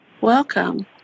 Welcome